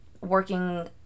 working